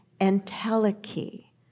Entelechy